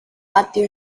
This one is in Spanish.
patio